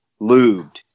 lubed